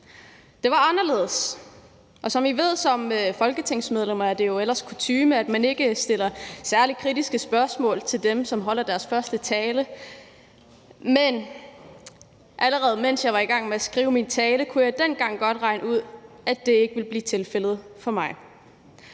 Det var anderledes, og som I som folketingsmedlemmer ved, er det ellers kutyme, at man ikke stiller særlig kritiske spørgsmål til dem, som holder deres første tale, men allerede mens jeg var i gang med at skrive min tale, kunne jeg dengang godt regne ud, at det ikke ville blive tilfældet for mig.